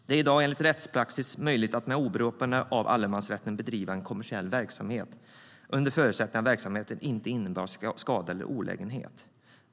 Det är i dag enligt rättspraxis möjligt att med åberopande av allemansrätten bedriva en kommersiell verksamhet under förutsättning att verksamheten inte innebär skada eller olägenhet.